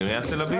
עיריית תל אביב?